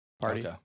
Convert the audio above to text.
party